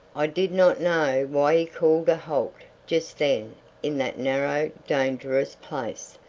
i did not know why he called a halt just then in that narrow dangerous place,